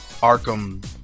Arkham